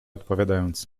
odpowiadając